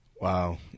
Wow